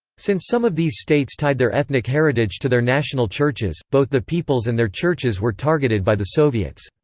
since some of these states tied their ethnic heritage to their national churches, both the peoples and their churches were targeted by the soviets.